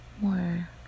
More